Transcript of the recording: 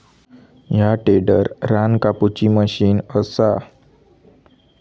ह्या टेडर रान कापुची मशीन असा